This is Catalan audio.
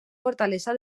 fortalesa